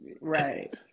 Right